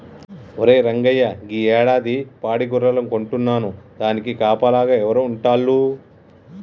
ఒరే రంగయ్య గీ యాడాది పాడి గొర్రెలను కొంటున్నాను దానికి కాపలాగా ఎవరు ఉంటాల్లు